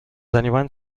anyone